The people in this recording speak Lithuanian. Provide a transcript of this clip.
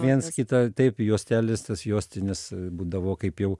viens kitą taip juostelės tas juostinis būdavo kaip jau